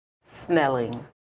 Snelling